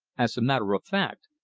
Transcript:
as a matter of fact,